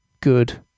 good